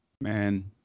Man